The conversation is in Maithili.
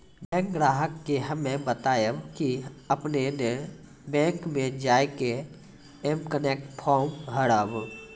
बैंक ग्राहक के हम्मे बतायब की आपने ने बैंक मे जय के एम कनेक्ट फॉर्म भरबऽ